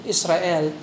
Israel